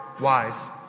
wise